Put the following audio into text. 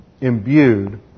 imbued